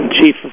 chief